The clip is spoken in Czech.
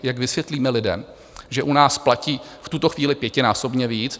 Jak vysvětlíme lidem, že u nás platí v tuto chvíli pětinásobně víc?